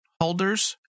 holders